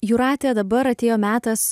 jūrate dabar atėjo metas